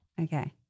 Okay